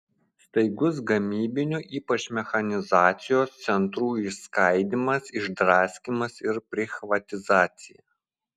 staigus gamybinių ypač mechanizacijos centrų išskaidymas išdraskymas ir prichvatizacija